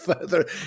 further